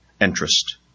interest